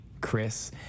Chris